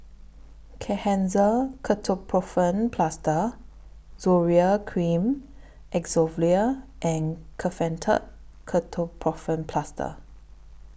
Kenhancer Ketoprofen Plaster Zoral Cream Acyclovir and Kefentech Ketoprofen Plaster